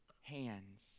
hands